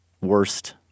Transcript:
worst